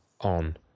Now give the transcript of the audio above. on